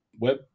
web